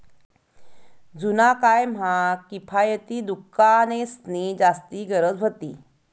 जुना काय म्हा किफायती दुकानेंसनी जास्ती गरज व्हती